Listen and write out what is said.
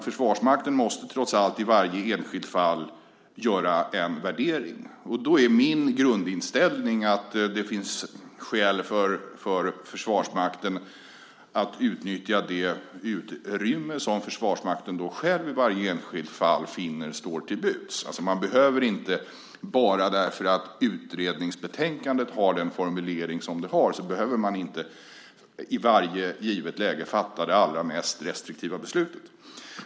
Försvarsmakten måste trots allt i varje enskilt fall göra en värdering, och då är min grundinställning att det finns skäl för Försvarsmakten att utnyttja det utrymme som myndigheten själv i varje enskilt fall finner står till buds. Bara för att utredningsbetänkandet har den formulering som det har behöver man alltså inte i varje givet läge fatta det allra mest restriktiva beslutet.